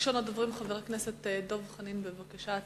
ראשון הדוברים, חבר הכנסת דב חנין, בבקשה.